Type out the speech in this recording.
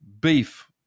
beef